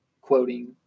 quoting